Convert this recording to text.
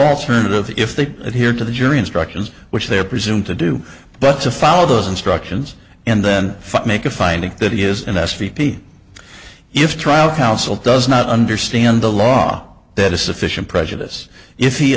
alternative if they adhere to the jury instructions which they are presumed to do but to follow those instructions and then make a finding that he is in s p p if trial counsel does not understand the law that is sufficient prejudice if